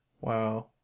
Wow